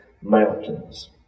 mountains